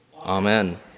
Amen